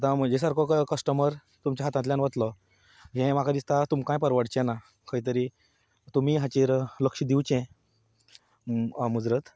आतां म्हज्या सारको काय कस्टमर तुमच्या हातांतल्यान वतलो हें म्हाका दिसता तुमकांय परवडचें ना खंयतरी तुमी हाचेर लक्ष दिवचें मुजरत